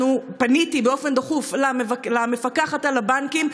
פניתי באופן דחוף למפקחת על הבנקים.